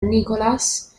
nicholas